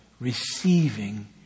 receiving